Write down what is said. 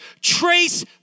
trace